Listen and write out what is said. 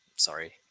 Sorry